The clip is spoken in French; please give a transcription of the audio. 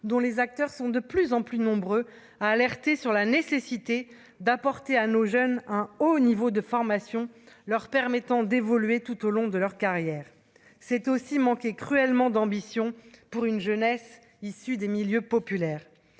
dont les acteurs sont de plus en plus nombreux à alerter sur la nécessité d'apporter à nos jeunes, hein, au niveau de formation leur permettant d'évoluer tout au long de leur carrière, c'est aussi manqué cruellement d'ambition pour une jeunesse issus des milieux populaires